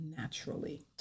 naturally